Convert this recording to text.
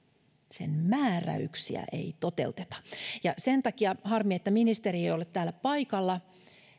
sen määräyksiä ei toteuteta harmi että ministeri ei ole täällä paikalla kun